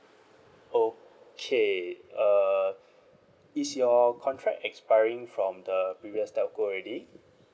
okay uh is your contract expiring from the previous telco already